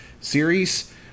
series